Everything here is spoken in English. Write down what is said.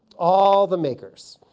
all the makers.